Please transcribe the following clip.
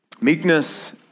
Meekness